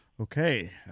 Okay